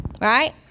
Right